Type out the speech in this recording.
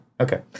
okay